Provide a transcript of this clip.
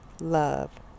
love